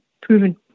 proven